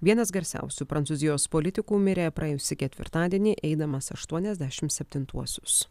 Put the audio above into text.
vienas garsiausių prancūzijos politikų mirė praėjusį ketvirtadienį eidamas aštuoniasdešim septintuosius